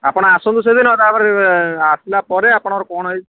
ଆପଣ ଆସନ୍ତୁ ସେଦିନ ତା'ପରେ ଆସିଲା ପରେ ଆପଣଙ୍କର କ'ଣ ହେଇଛି